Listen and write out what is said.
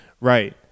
Right